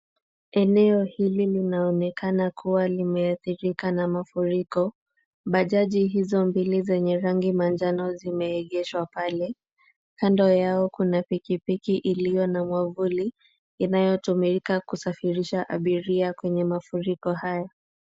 Eneo hili linaonekana kuwa limeathirika na mafuriko. Bajaji hizo mbili zenye rangi manjano zimeegeshwa pale. Kando yao kuna pikipiki iliyo na mwavuli inayotumika kusafirisha abiria kwenye mafuriko haya.